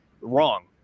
wrong